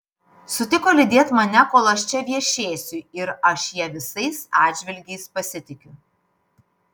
sutiko lydėt mane kol čia viešėsiu ir aš ja visais atžvilgiais pasitikiu